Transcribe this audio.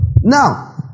Now